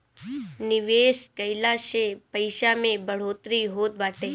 निवेश कइला से पईसा में बढ़ोतरी होत बाटे